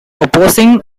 opposing